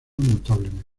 notablemente